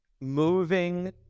moving